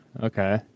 okay